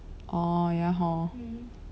oh ya hor